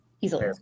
Easily